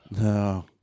No